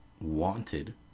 wanted